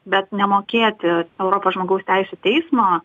bet nemokėti europos žmogaus teisių teismo